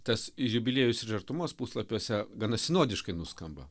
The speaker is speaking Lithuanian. tas jubiliejus ir artumos puslapiuose gana sinodiškai nuskamba